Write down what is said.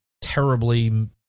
terribly